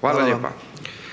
Hvala